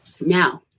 Now